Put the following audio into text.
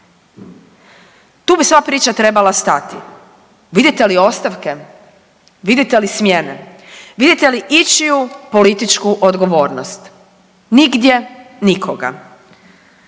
Tu bi sva priča trebala stati. Vidite li ostavke? Vidite li smjene? Vidite li ičiju političku odgovornost? Nigdje nikoga.